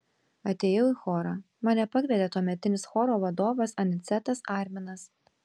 atėjau į chorą mane pakvietė tuometinis choro vadovas anicetas arminas